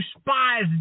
spies